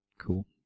Cool